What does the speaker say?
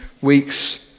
weeks